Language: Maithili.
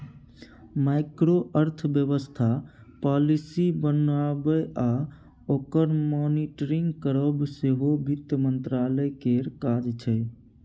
माइक्रो अर्थबेबस्था पालिसी बनाएब आ ओकर मॉनिटरिंग करब सेहो बित्त मंत्रालय केर काज छै